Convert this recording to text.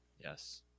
Yes